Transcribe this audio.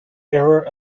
error